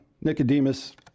Nicodemus